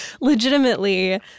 legitimately